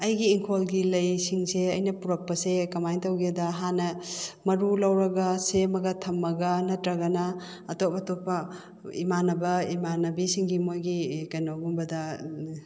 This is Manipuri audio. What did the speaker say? ꯑꯩꯒꯤ ꯏꯪꯈꯣꯜꯒꯤ ꯂꯩꯁꯤꯡꯁꯦ ꯑꯩꯅ ꯄꯨꯔꯛꯄꯁꯦ ꯀꯃꯥꯏꯅ ꯇꯧꯒꯦꯗ ꯍꯥꯟꯅ ꯃꯔꯨ ꯂꯧꯔꯒ ꯁꯦꯝꯃꯒ ꯊꯝꯃꯒ ꯅꯠꯇ꯭ꯔꯒꯅ ꯑꯇꯣꯞ ꯑꯇꯣꯞꯄ ꯏꯃꯥꯟꯅꯕ ꯏꯃꯥꯟꯅꯕꯤ ꯁꯤꯡꯒꯤ ꯃꯣꯏꯒꯤ ꯀꯩꯅꯣꯒꯨꯝꯕꯗ